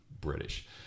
British